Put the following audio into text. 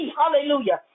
hallelujah